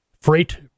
Freight